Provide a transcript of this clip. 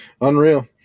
unreal